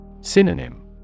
Synonym